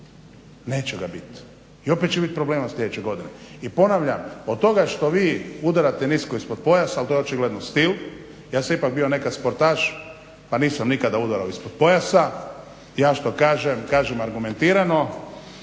Neće ga biti i opet će biti problema sljedeće godine. i ponavljam od toga što vi udarate nisko ispod pojasa, ali to je očigledno stil, ja sam ipak bio nekada sportaš pa nisam nikada udarao ispod pojasa ja što kažem kažem argumentirano.